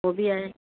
हो बि आहे